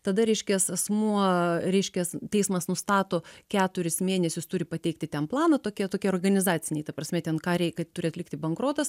tada reiškias asmuo reiškias teismas nustato keturis mėnesius turi pateikti ten planą tokie tokie organizaciniai ta prasme ten ką reik turi atlikti bankrotas